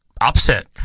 Upset